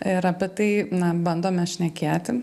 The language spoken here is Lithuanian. ir apie tai na bandome šnekėti